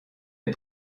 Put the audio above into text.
est